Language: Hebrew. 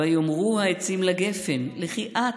ויאמרו העצים לגפן: לכי את,